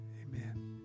amen